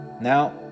Now